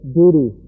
duty